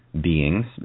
beings